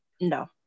No